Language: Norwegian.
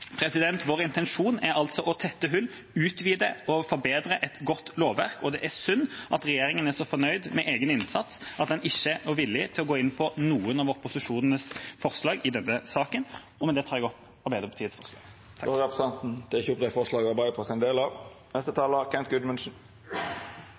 Vår intensjon er å tette hull og å utvide og forbedre et godt lovverk. Det er synd at regjeringa er så fornøyd med egen innsats at en ikke har vært villig til å gå inn på noen av opposisjonens forslag i denne saken. Med det tar jeg opp de forslagene Arbeiderpartiet er en del av. Representanten Torstein Tvedt Solberg har teke opp dei forslaga Arbeidarpartiet er ein del av.